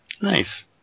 Nice